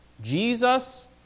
Jesus